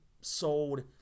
sold